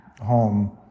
home